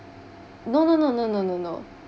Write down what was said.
no no no no no no